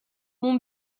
mon